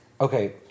Okay